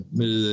med